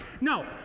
No